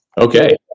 Okay